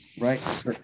Right